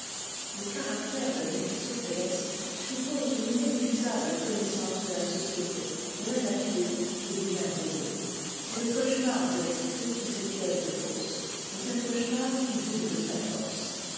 le caractère de méphistophétès suppose une inépuisable connaissance de la société de la nature et du merveilleux c'est le cauchemar de l'esprit que cette pièce de faust mais un cauchemar qui double sa force